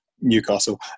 Newcastle